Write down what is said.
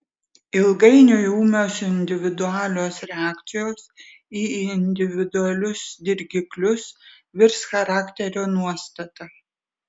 ilgainiui ūmios individualios reakcijos į individualius dirgiklius virs charakterio nuostata